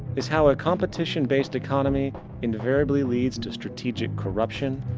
is how a competition based economy invariably leads to strategic corruption,